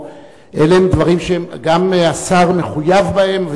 אלה הם דברים שהשר מחויב בהם,